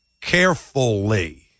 carefully